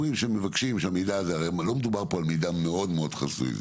שמבקשים הרי לא מדובר פה על מידע חסוי מאוד,